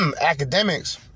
Academics